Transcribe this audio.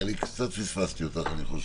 קצת פספסתי אותך.